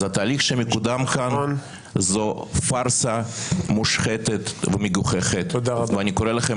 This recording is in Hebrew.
התהליך שמקודם כאן הוא פרסה מושחתת ומגוחכת ושוב אני קורא לכם